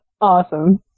awesome